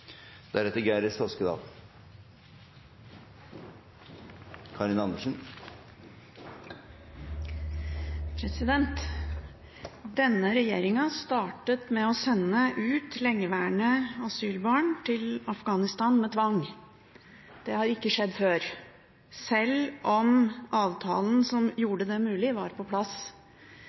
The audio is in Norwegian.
Karin Andersen. Denne regjeringen startet med å sende ut lengeværende asylbarn til Afghanistan med tvang. Det har ikke skjedd før, selv om avtalen som